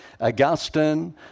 Augustine